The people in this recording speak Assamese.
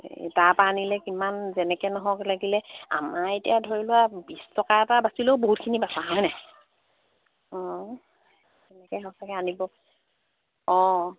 এই তাৰপা আনিলে কিমান যেনেকে নহওক লাগিলে আমাৰ এতিয়া ধৰি লোৱা বিছ টকা এটা বাছিলেও বহুতখিনি বাছা হয় নাই অঁ তেনেকে